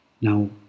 Now